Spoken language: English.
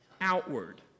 outward